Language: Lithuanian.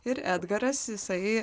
ir edgaras jisai